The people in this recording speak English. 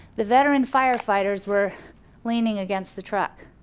the veteran firefighters were leaning against the truck.